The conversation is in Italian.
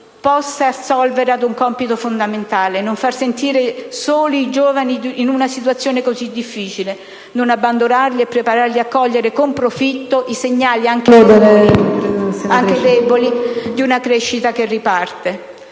possa assolvere ad un compito fondamentale: non far sentire soli i giovani in una situazione così difficile, non abbandonarli e prepararli a cogliere con profitto i segnali, anche deboli, di una crescita che riparte.